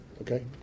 Okay